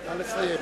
נא לסיים.